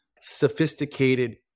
sophisticated